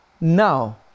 now